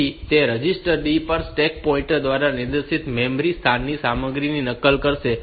તેથી તે register D પર સ્ટેક પોઈન્ટર દ્વારા નિર્દેશિત મેમરી સ્થાનની સામગ્રીની નકલ કરશે